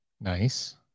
Nice